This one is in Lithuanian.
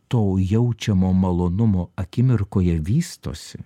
to jaučiamo malonumo akimirkoje vystosi